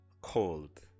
cold